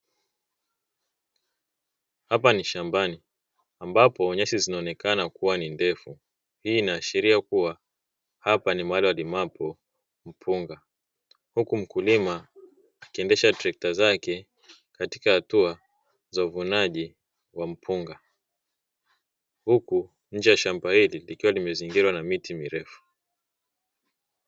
Hapa ni shambani ambapo nyasi zinaonekana kuwa ni ndefu hii inaashiria kuwa hapa ni mahali walimapo mpunga, huku mkulima akiendesha trekta zake katika hatua za uvunaji wa mpunga. Huku nje ya shamba hili likiwa limezingirwa na miti mirefu.